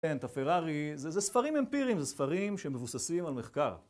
כן, את הפרארי, זה ספרים אמפיריים, זה ספרים שמבוססים על מחקר.